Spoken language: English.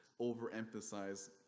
overemphasize